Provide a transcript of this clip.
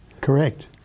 Correct